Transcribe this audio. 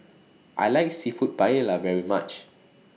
I like Seafood Paella very much